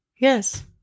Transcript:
Yes